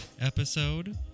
episode